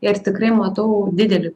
ir tikrai matau didelį